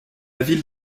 ville